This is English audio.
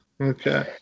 Okay